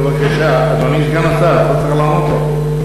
בבקשה, אדוני סגן השר, אתה צריך לענות לו.